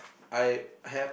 I have